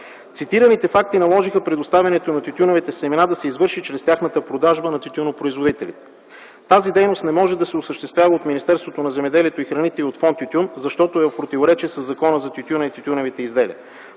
Цитираните факти наложиха предоставянето на тютюневите семена да се извърши чрез тяхната продажба на тютюнопроизводителите. Тази дейност не може да се осъществява от Министерството на земеделието и храните и от Фонд „Тютюн”, защото е в противоречие със Закона за тютюна и тютюневите изделия.